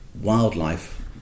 wildlife